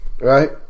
Right